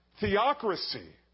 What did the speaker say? theocracy